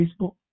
Facebook